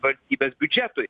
valstybės biudžetui